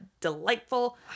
delightful